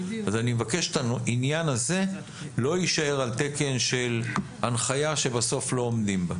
אני מבקש שהעניין הזה לא יישאר על תקן של הנחיה שבסוף לא עומדים בה.